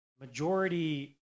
majority